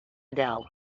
adele